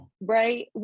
right